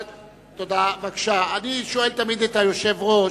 אני שואל תמיד את היושב-ראש,